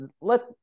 let